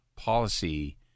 policy